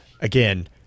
again